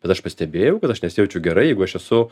bet aš pastebėjau kad aš nesijaučiu gerai jeigu aš esu